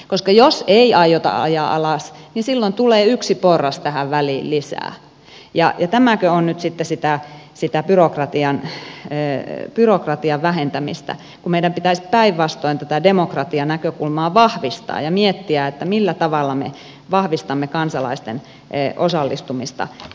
koska jos ei aiota ajaa alas niin silloin tulee yksi porras tähän väliin lisää ja tämäkö on nyt sitten sitä byrokratian vähentämistä kun meidän pitäisi päinvastoin tätä demokratianäkökulmaa vahvistaa ja miettiä millä tavalla me vahvistamme kansalaisten osallistumista kaikenlaiseen päätöksentekoon